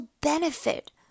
benefit